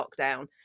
lockdown